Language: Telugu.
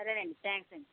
సరేనండి థ్యాంక్స్ అండి